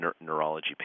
neurology